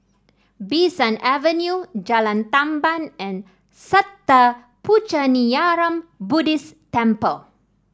Bee San Avenue Jalan Tamban and Sattha Puchaniyaram Buddhist Temple